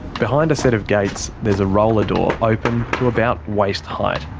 behind a set of gates, there's a roller door open to about waist height.